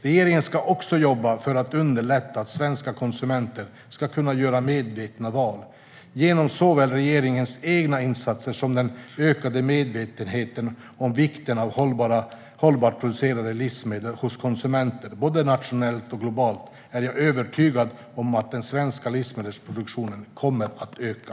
Regeringen ska också jobba för att underlätta för svenska konsumenter att göra medvetna val. Genom såväl regeringens egna insatser som den ökade medvetenheten om vikten av hållbart producerade livsmedel hos konsumenter, både nationellt och globalt, är jag övertygad om att den svenska livsmedelsproduktionen kommer att öka.